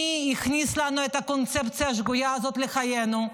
מי הכניס לנו את הקונספציה השגויה הזאת לחיינו,